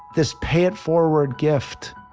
this pay-it-forward gift.